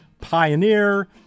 pioneer